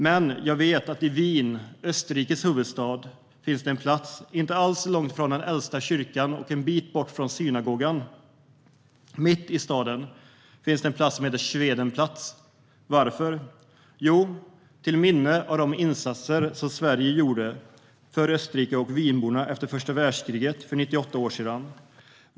Men jag vet att det i Wien, Österrikes huvudstad, inte alls långt från den äldsta kyrkan och en bit bort från synagogan, finns en plats mitt i staden som heter Schwedenplatz. Varför? Jo, det är till minne av de insatser som Sverige gjorde för Österrike och Wienborna efter första världskriget för 98 år sedan.